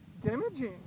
damaging